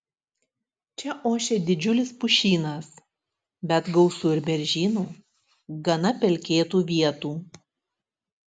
čia ošia didžiulis pušynas bet gausu ir beržynų gana pelkėtų vietų